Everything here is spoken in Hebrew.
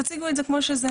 תציגו את זה כמו שזה.